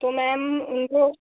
तो मैम उनको